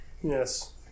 Yes